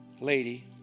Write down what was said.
lady